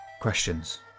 questions